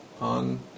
on